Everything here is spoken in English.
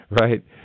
Right